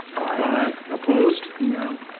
aye. opposed? no.